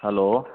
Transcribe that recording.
hello